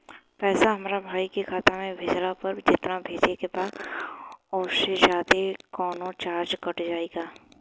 पैसा हमरा भाई के खाता मे भेजला पर जेतना भेजे के बा औसे जादे कौनोचार्ज कट जाई का?